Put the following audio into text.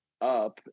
up